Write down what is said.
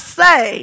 say